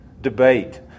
debate